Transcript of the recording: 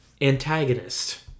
antagonist